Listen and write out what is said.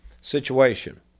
situation